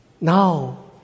Now